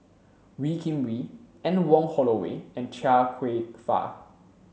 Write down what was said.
Wee Kim Wee Anne Wong Holloway and Chia Kwek Fah